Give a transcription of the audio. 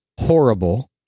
horrible